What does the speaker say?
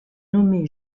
nommé